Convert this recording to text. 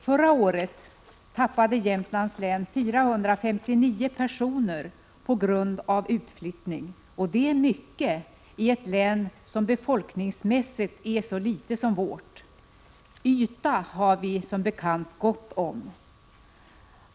Förra året tappade Jämtlands län 459 personer på grund av utflyttning, och det är mycket i ett län som befolkningsmässigt är så litet som vårt. Yta har vi som bekant gott om.